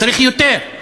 צריך יותר,